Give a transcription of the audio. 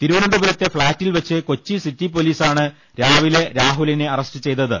തിരുവനന്തപുരത്തെ ഫ്ളാറ്റിൽവെച്ച് കൊച്ചി സിറ്റി പൊലീസാണ് രാവിലെ രാഹുലിനെ അറസ്റ്റ് ചെയ്തത്